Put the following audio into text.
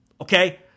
Okay